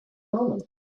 moment